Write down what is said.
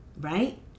right